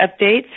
updates